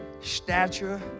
stature